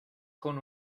con